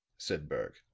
said berg.